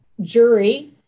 jury